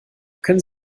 können